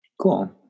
Cool